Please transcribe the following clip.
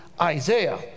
Isaiah